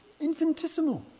infinitesimal